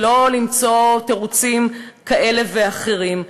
ולא למצוא תירוצים כאלה ואחרים.